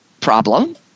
problem